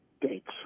dates